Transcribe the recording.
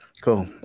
Cool